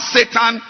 Satan